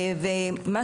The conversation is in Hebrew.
היא